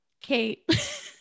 Kate